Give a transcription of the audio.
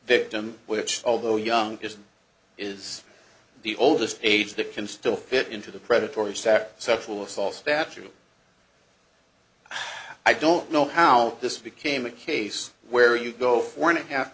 victim which although youngest is the oldest age that can still fit into the predatory sacked sexual assault statute i don't know how this became a case where you go four and a half